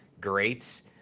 greats